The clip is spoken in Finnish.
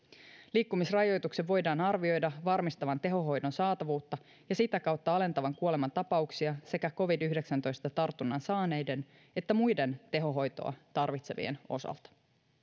liikkumisrajoituksen voidaan arvioida varmistavan tehohoidon saatavuutta ja sitä kautta alentavan kuolemantapauksia sekä covid yhdeksäntoista tartunnan saaneiden että muiden tehohoitoa tarvitsevien osalta